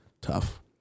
tough